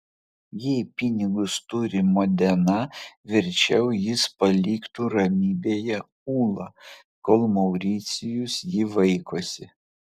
jei pinigus turi modena verčiau jis paliktų ramybėje ulą kol mauricijus jį vaikosi